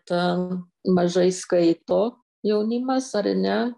ten mažai skaito jaunimas ar ne